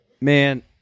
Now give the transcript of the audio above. man